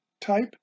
type